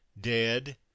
dead